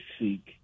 seek